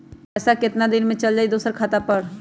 पैसा कितना दिन में चल जाई दुसर खाता पर?